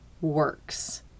works